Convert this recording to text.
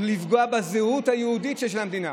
לפגוע בזהות היהודית שיש למדינה.